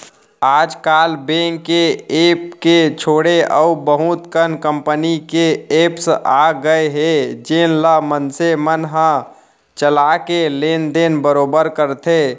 आज काल बेंक के ऐप के छोड़े अउ बहुत कन कंपनी के एप्स आ गए हे जेन ल मनसे मन ह चला के लेन देन बरोबर करथे